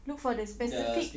look for the specific